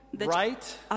right